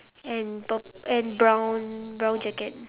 and purp~ and brown brown jacket